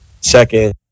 Second